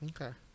Okay